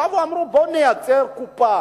באו ואמרו: בוא נייצר קופה